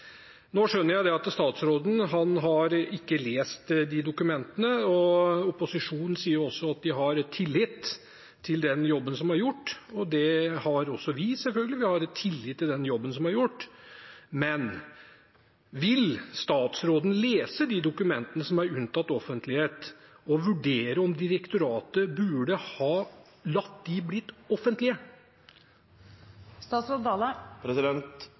Nå skjønner jeg at statsråden ikke har lest de dokumentene. Opposisjonen sier at de har tillit til den jobben som er gjort, og det har også vi, selvfølgelig, vi har tillit til den jobben som er gjort. Men vil statsråden lese de dokumentene som er unntatt offentlighet, og vurdere om direktoratet burde ha latt dem bli offentlige?